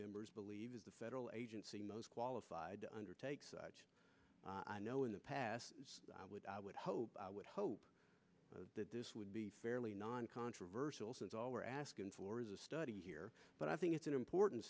members believe the federal agency most qualified to undertake such i know in the past i would i would hope i would hope that this would be fairly non controversial since all we're asking for is a study here but i think it's an important